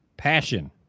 passion